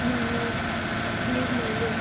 નાનો જીવ મળ્યું